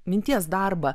minties darbą